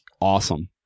awesome